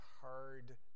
hard